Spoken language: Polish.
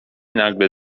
nagle